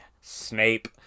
Snape